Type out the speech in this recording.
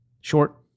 Short